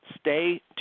Stay